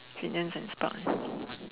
opinions and spot ah